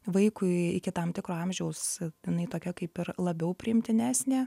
vaikui iki tam tikro amžiaus jinai tokia kaip ir labiau priimtinesnė